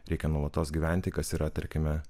reikia nuolatos gyventi kas yra tarkime